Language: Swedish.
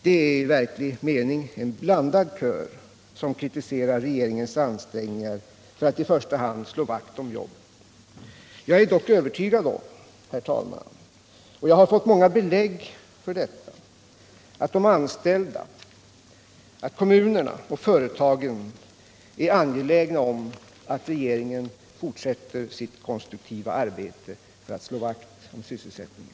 Det är en i verklig mening blandad kör som kritiserar regeringens ansträngningar att i första hand slå vakt om jobben. Jag är dock övertygad om, herr talman — och jag har fått många belägg för det — att de anställda, kommunerna och företagen är angelägna om att regeringen fortsätter sitt konstruktiva arbete för att slå vakt om sysselsättningen.